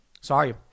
Sorry